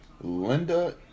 Linda